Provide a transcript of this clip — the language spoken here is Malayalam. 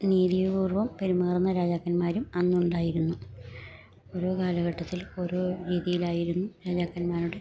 നീതിപൂർവ്വം പെരുമാറുന്ന രാജാക്കന്മാരും അന്നുണ്ടായിരുന്നു ഓരോ കാലഘട്ടത്തിൽ ഓരോ രീതിയിലായിരുന്നു രാജാക്കന്മാരുടെ